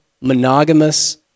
monogamous